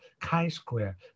chi-square